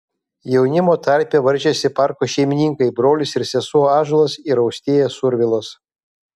jaunimo tarpe varžėsi parko šeimininkai brolis ir sesuo ąžuolas ir austėja survilos